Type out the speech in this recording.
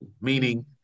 meaning